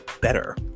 better